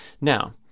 Now